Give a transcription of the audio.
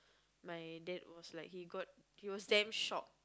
my dad was like he got he was damn shocked